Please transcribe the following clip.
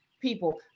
people